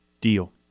Deal